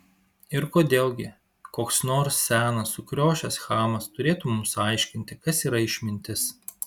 ir kodėl gi koks nors senas sukriošęs chamas turėtų mums aiškinti kas yra išmintis